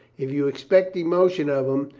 if you expect emotion of him,